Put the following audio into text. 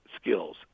skills